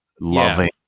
loving